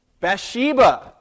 Bathsheba